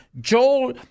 Joel